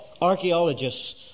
archaeologists